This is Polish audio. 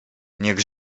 niech